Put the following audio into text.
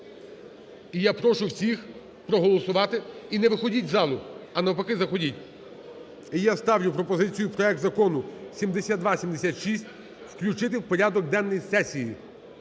І я прошу всіх проголосувати, і не виходьте з зали, а навпаки, заходьте. І я ставлю пропозицію: проект Закону 7276 включити в порядок денний сесії.